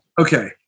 Okay